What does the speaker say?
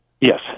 Yes